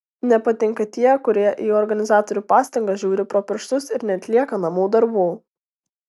nepatinka tie kurie į organizatorių pastangas žiūri pro pirštus ir neatlieka namų darbų